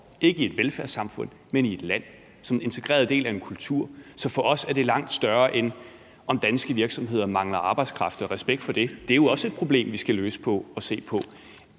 ikke i et velfærdssamfund, men i et land, og som en integreret del af en kultur. Så for os er det langt større, end om danske virksomheder mangler arbejdskraft. Respekt for det, for det er også et problem, vi skal se på og løse.